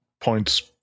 points